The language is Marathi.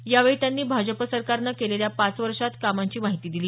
यावेळी त्यांनी भाजप सरकारनं गेल्या पाच वर्षात केलेल्या कामांची माहिती दिली